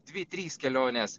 dvi trys kelionės